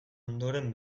ondoren